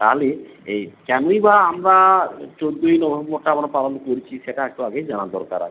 তাহলে এই কেনই বা আমরা চোদ্দোই নভেম্বরটা আমরা পালন করছি সেটা একটু আগে জানার দরকার আছে